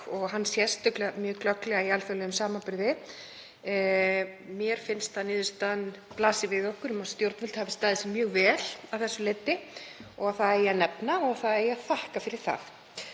og hann sést mjög glögglega í alþjóðlegum samanburði. Mér finnst að niðurstaðan blasi við okkur, að stjórnvöld hafi staðið sig mjög vel að þessu leyti og að það eigi að nefna og það eigi að þakka fyrir það.